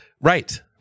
Right